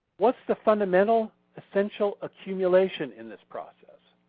what's the fundamental essential accumulation in this process?